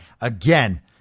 Again